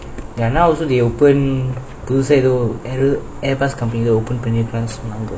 ya now also they open புதுச எதொ எதொputhusa etho etho air force company தான்:dhan open பன்னிர்காங்க சொன்னாங்க:panirkanganu sonnanga